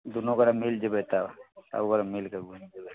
दुनू गोरे मिल जेबै तब सबगोटे मिलके घुमि लेबै